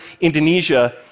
Indonesia